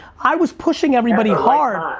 i was pushing everybody hard